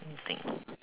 eh